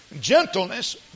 gentleness